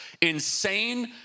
insane